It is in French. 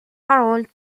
harold